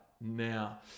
now